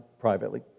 privately